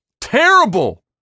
Terrible